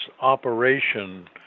operation